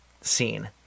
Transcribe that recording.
scene